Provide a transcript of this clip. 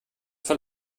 für